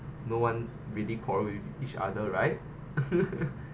no one really quarrel with each other right